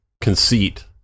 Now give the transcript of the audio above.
conceit